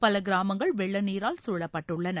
பல கிராமங்கள் வெள்ள நீரால் சூழப்பட்டுள்ளன